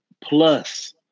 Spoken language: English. plus